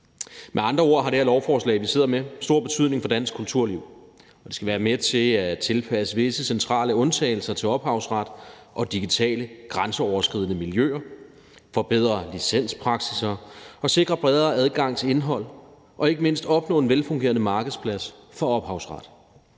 Med andre ord har det her lovforslag, vi sidder med, stor betydning for dansk kulturliv. Det skal være med til at tilpasse visse centrale undtagelser til ophavsret og digitale grænseoverskridende miljøer, forbedre licenspraksisser og sikre bredere adgang til indhold og ikke mindst opnå en velfungerende markedsplads for ophavsret.